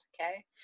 okay